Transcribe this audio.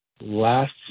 last